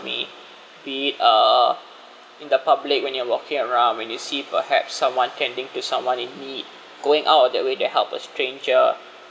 me be it uh in the public when you're walking around when you see perhaps someone tending to someone in need going out of their way that help a stranger